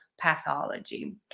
pathology